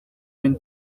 been